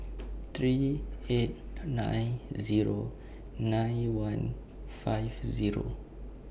three eight nine Zero nine one five Zero